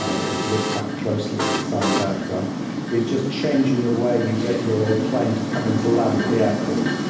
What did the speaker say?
ah that was looked at closely in the silent aircraft is just changing the way you get your plane to come in to land at the airport.